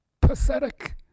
pathetic